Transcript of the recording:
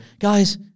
guys